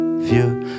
vieux